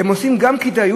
הם גם עושים שיקולי כדאיות,